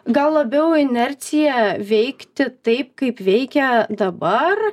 gal labiau inercija veikti taip kaip veikia dabar